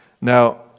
Now